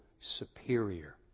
superior